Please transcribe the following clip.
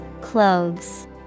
Clothes